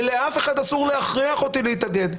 ולאף אחד אסור להכריח אותי להתאגד.